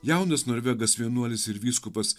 jaunas norvegas vienuolis ir vyskupas